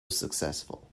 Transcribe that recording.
successful